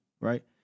right